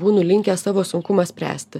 būnu linkęs savo sunkumą spręsti